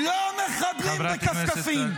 לא מחבלים בכפכפים.